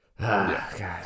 God